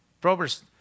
Proverbs